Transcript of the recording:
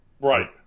Right